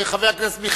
חבר הכנסת לוין,